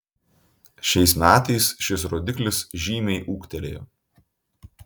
šiais metais šis rodiklis žymiai ūgtelėjo